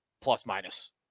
plus-minus